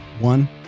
One